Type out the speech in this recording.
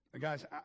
Guys